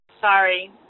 Sorry